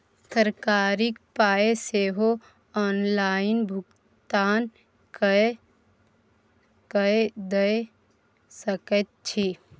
तरकारीक पाय सेहो ऑनलाइन भुगतान कए कय दए सकैत छी